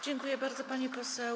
Dziękuję bardzo, pani poseł.